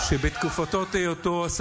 אדם בלתי כשיר לחלוטין, שבתקופת היותו השר